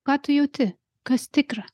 ką tu jauti kas tikra